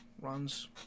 runs